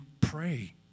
pray